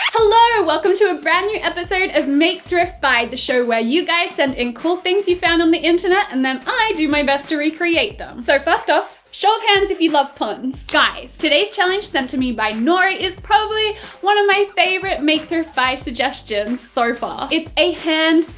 hello! welcome to a brand new episode of make, thrift, buy, the show where you guys send in cool things you found on the internet and then i do my best to recreate them! so first off show of hands if you love puns. guys. today's challenge, sent to me by norie, is probably one of my favourite make thrift buy suggestions so far. it's a hand.